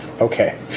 Okay